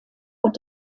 und